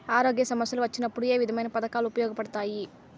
ఆరోగ్య సమస్యలు వచ్చినప్పుడు ఏ విధమైన పథకాలు ఉపయోగపడతాయి